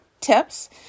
tips